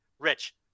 Rich